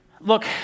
Look